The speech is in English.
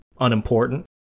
unimportant